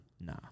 Nah